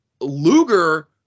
Luger